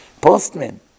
Postman